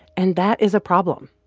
and that is a problem.